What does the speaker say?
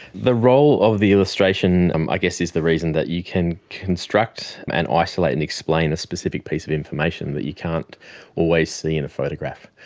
the role of the illustration um i guess is the reason that you can construct and isolate and explain a specific piece of information that you can't always see in a photograph.